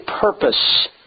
purpose